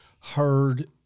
heard